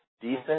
decent